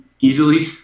easily